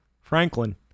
Franklin